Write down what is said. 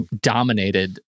dominated